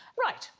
right?